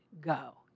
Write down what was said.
go